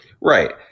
right